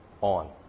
on